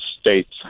states